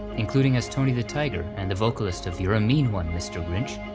including as tony the tiger, and the vocalist of you're a mean one, mr. grinch.